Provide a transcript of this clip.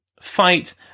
fight